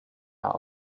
are